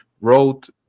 wrote